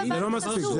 זה לא מספיק.